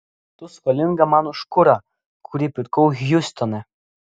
tu skolinga man už kurą kurį pirkau hjustone